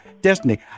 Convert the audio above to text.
destiny